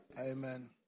Amen